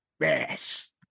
Yes